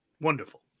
Wonderful